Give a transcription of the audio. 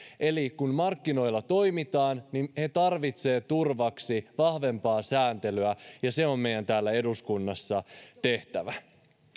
eli kun markkinoilla toimitaan niin he tarvitsevat turvaksi vahvempaa sääntelyä ja se on meidän täällä eduskunnassa tehtävä